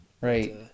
Right